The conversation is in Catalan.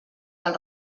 del